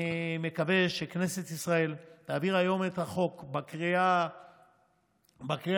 אני מקווה שכנסת ישראל תעביר היום את החוק בקריאה הראשונה.